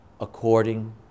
according